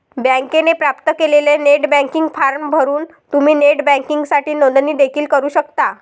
बँकेने प्राप्त केलेला नेट बँकिंग फॉर्म भरून तुम्ही नेट बँकिंगसाठी नोंदणी देखील करू शकता